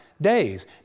days